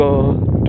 God